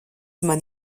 man